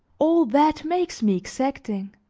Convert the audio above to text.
all that, makes me exacting.